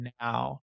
now